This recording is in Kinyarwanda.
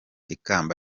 ikamba